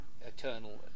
Eternal